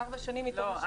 לא, ארבע שנים מ-2017.